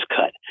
cut